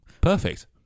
perfect